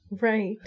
Right